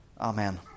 Amen